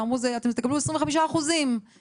ואמרו להם: אתם תקבלו 25% מזה,